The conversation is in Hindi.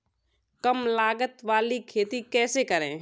कम लागत वाली खेती कैसे करें?